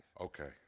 Okay